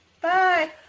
bye